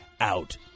out